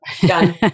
done